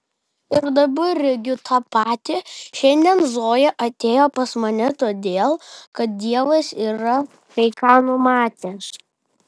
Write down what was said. ir dabar regiu tą patį šiandien zoja atėjo pas mane todėl kad dievas yra kai ką numatęs